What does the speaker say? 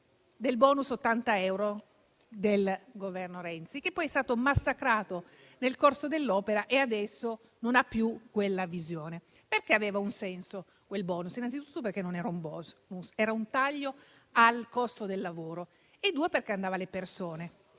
del *bonus* di 80 euro del Governo Renzi, che poi è stato massacrato nel corso dell'opera e adesso non ha più quella visione. Quel *bonus* aveva un senso innanzitutto perché non era un *bonus*, ma un taglio al costo del lavoro e perché andava alle persone.